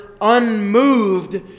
unmoved